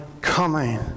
coming